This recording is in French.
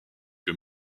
que